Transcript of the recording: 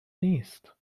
نیست